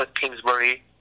Kingsbury